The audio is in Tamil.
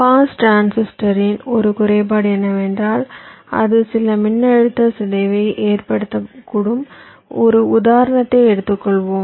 பாஸ் டிரான்சிஸ்டரின் ஒரு குறைபாடு என்னவென்றால் அது சில மின்னழுத்தச் சிதைவை ஏற்படுத்தக்கூடும் ஒரு உதாரணத்தை எடுத்துக் கொள்வோம்